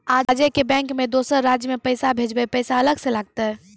आजे के बैंक मे दोसर राज्य मे पैसा भेजबऽ पैसा अलग से लागत?